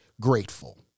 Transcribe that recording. grateful